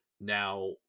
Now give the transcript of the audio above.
Now